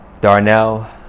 Darnell